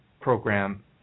program